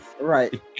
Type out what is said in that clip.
Right